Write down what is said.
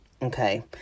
Okay